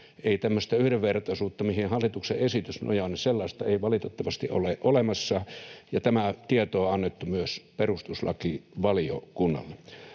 Ei tämmöistä yhdenvertaisuutta, mihin hallituksen esitys nojaa, valitettavasti ole olemassa, ja tämä tieto on annettu myös perustuslakivaliokunnalle.